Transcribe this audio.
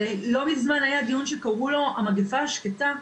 לא מזמן היה דיון שקראו לו המגפה השקטה.